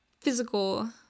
physical